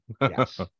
Yes